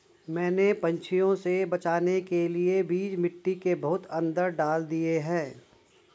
मैंने पंछियों से बचाने के लिए बीज मिट्टी के बहुत अंदर डाल दिए हैं